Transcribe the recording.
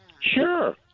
Sure